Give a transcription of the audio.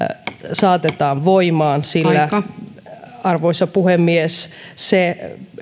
saatetaan voimaan sillä arvoisa puhemies se